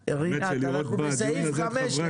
בעצמו או מוסר לייצור תחת שמו המסחרי,